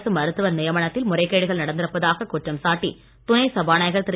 அரசு மருத்துவர் நியமனத்தில் முறைகேடுகள் நடந்திருப்பதாக குற்றம் சாட்டி துணை சபாநாயகர் திரு